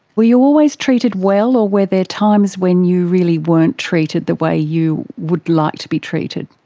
were you always treated well, or were there times when you really weren't treated the way you would like to be treated?